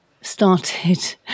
started